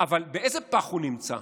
אבל באיזה פח הוא נמצא?